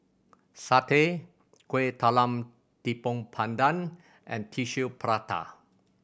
satay Kuih Talam Tepong Pandan and Tissue Prata